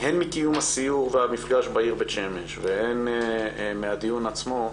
הן מקיום הסיור והמפגש בעיר בית שמש והן הימנעות בדיון עצמו,